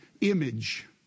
image